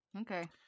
okay